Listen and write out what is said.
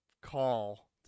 call